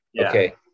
Okay